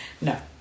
No